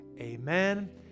Amen